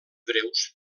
breus